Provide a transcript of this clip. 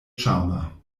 ĉarma